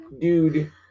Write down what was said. dude